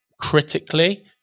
critically